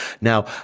now